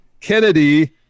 Kennedy